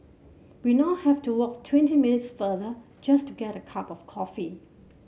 we now have to walk twenty minutes farther just to get a cup of coffee